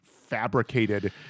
fabricated—